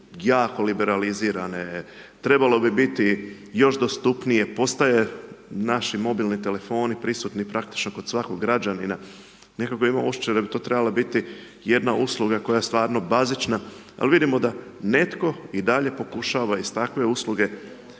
jako liberalizirane, trebalo bi biti još dostupnije, postoje naši mobilni telefoni, prisutno praktično kod svakog građanina. Nekako imam osjećaj da bi to trebala biti jedna usluga koja stvarno bazična, ali vidimo da netko i dalje pokušava iz takve usluge